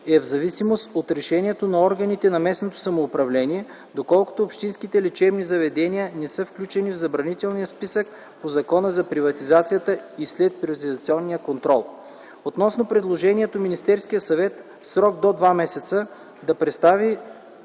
е в зависимост от решението на органите на местното самоуправление, доколкото общинските лечебни заведения не са включени в Забранителния списък по Закона за приватизацията и следприватизационен контрол. Относно предложението Министерският съвет в срок от 2 месеца да представи